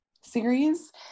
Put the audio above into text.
series